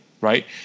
right